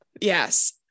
yes